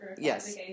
Yes